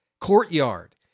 courtyard